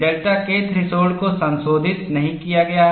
delta K threshold को संशोधित नहीं किया गया है